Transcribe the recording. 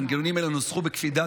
מנגנונים אלו נוסחו בקפידה,